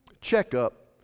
checkup